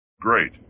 Great